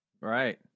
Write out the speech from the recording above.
Right